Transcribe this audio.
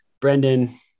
Brendan